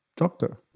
Doctor